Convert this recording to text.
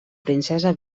princesa